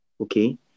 okay